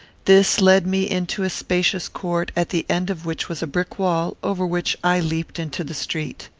this led me into a spacious court, at the end of which was a brick wall, over which i leaped into the street.